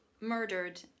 murdered